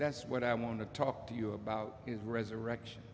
that's what i want to talk to you about his resurrection